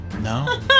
No